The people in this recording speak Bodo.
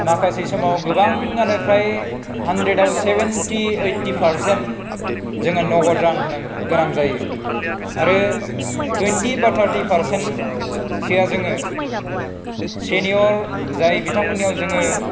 माखासे समाव गोबाङानो फ्राय हानड्रेडआव सेभेन्टि ओइटि पारसेन्ट जोङो नगद रां होनो गोनां जायो आरो टुइनटि बा टारटि पारसेन्ट सोया जोङो सेनियर जाय बिथांमोननियाव जोङो